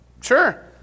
Sure